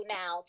now